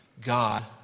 God